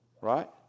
Right